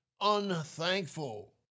unthankful